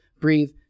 Breathe